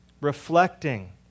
reflecting